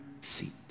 seat